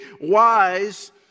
wise